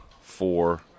four